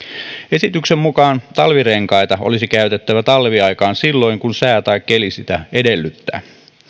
esityksen mukaan talvirenkaita olisi käytettävä talviaikaan silloin kun sää tai keli sitä edellyttää